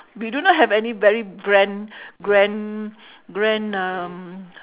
we do not have any very grand grand grand um